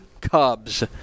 Cubs